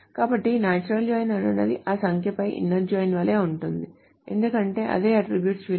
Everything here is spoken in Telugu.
కాబట్టి నాచురల్ జాయిన్ అనునది ఆ సంఖ్యపై ఇన్నర్ జాయిన్ వలె ఉంటుంది ఎందుకంటే అదే అట్ట్రిబ్యూట్ విలువ